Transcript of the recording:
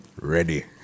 ready